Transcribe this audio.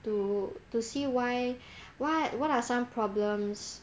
to to see why what what are some problems